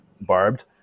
barbed